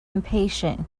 impatient